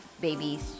babies